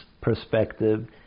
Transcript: perspective